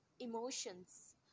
emotions